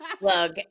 Look